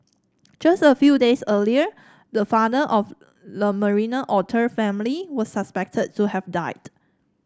just a few days earlier the father of the Marina otter family was suspected to have died